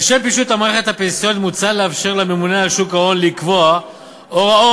לשם פישוט המערכת הפנסיונית מוצע לאפשר לממונה על שוק ההון לקבוע הוראות